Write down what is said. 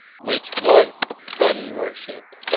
which was sun-worship.